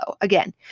Again